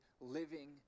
living